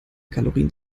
kalorien